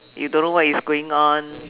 you don't know what is going on